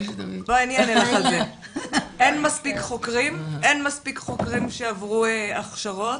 אין מספיק חוקרים שעברו הכשרות?